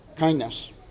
Kindness